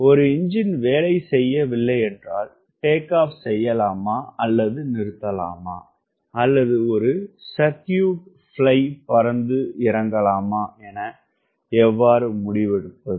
ஒரு எஞ்சின் வேலை செய்யவில்லையென்றால் டேக் ஆப் செய்யலாமா அல்லது நிறுத்தலாமா அல்லது ஒரு சர்க்யூட் பிலைட் பறந்து இறங்கலாமா என எவ்வாறு முடிவுசெய்வது